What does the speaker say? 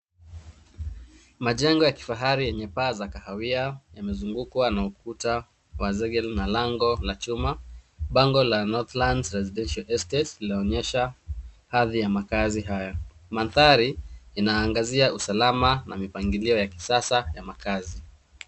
Majengo ya kifahari yenye paa za kahawiayamezungukwa na ukuta wa zege na lango la chuma. Bango la Northlands residential estates linaonyesha hadhi ya makazi hayo. Mandhari inaangazia usalama na mpangilio ya kisasa ya makazi.